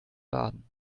baden